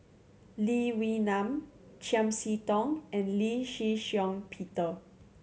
Lee Wee Nam Chiam See Tong and Lee Shih Shiong Peter